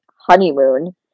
honeymoon